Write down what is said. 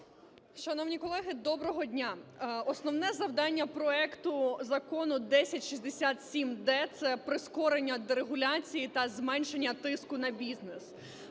Шановні колеги, доброго дня. Основне завдання проекту Закону 1067-д – це прискорення дерегуляції та зменшення тиску на бізнес.